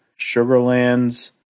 Sugarlands